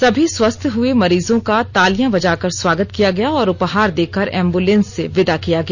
सभी स्वस्थ हुए मरीजों का तालियां बजाकर स्वागत किया गया और उपहार देकर एंबुलेंस से विदा किया गया